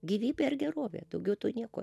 gyvybė ar gerovė daugiau tu nieko